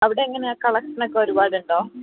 അവിടെ എങ്ങനെയാണ് കളക്ഷൻ ഒക്കെ ഒരുപാട് ഉണ്ടോ